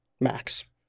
max